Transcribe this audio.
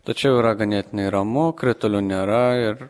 tačiau yra ganėtinai ramu kritulių nėra ir